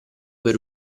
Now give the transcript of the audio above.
per